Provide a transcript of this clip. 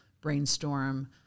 brainstorm